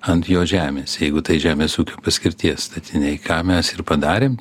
ant jo žemės jeigu tai žemės ūkio paskirties statiniai ką mes ir padarėm